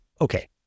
Okay